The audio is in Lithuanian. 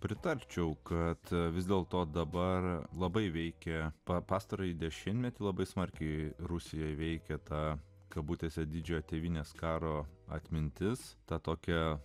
pritarčiau kad vis dėlto dabar labai veikia pastarąjį dešimtmetį labai smarkiai rusijoje veikė ta kabutėse didžiojo tėvynės karo atmintis tokia